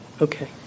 okay